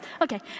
Okay